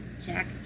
Jack